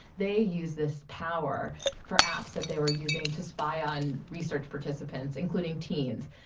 they used this power for apps that they were using to spy on research participants, including teens.